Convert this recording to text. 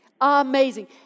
Amazing